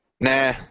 Nah